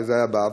זה היה בעבר.